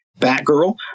Batgirl